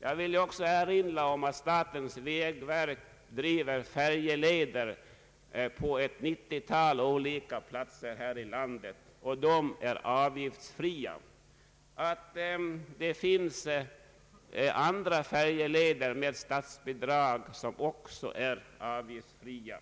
Jag vill också erinra om att statens vägverk driver färjeleder på ett 90-tal olika platser här i landet. Dessa färjeleder är avgiftsfria. Det finns andra färjeleder med statsbidrag som också är avgiftsfria.